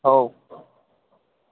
हो